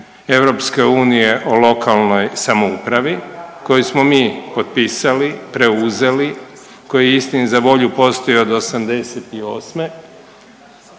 Povelji EU o lokalnoj samoupravi koji smo mi potpisali, preuzeli, koji je istini za volju postoji od '88.,